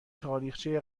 تاریخچه